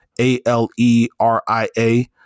A-L-E-R-I-A